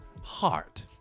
heart